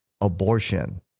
abortion